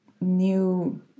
new